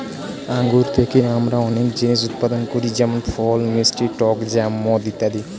আঙ্গুর থেকে আমরা অনেক জিনিস উৎপাদন করি যেমন ফল, মিষ্টি, টক জ্যাম, মদ ইত্যাদি